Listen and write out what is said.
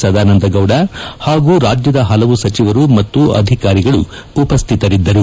ಸದಾನಂದ ಗೌಡ ಹಾಗೂ ರಾಜ್ಯದ ಹಲವು ಸಚಿವರು ಮತ್ತು ಅಧಿಕಾರಿಗಳು ಉಪಸ್ಥಿತರಿದ್ದರು